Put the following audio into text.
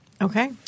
Okay